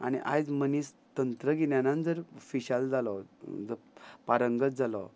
आनी आयज मनीस तंत्रगिन्यान जर फिशाल जालो पारंगत जालो